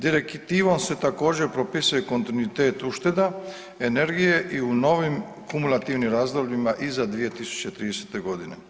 Direktivom se također propisuje kontinuitet ušteda energije i u novim kumulativnim razdobljima iza 2030. godine.